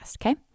okay